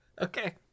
Okay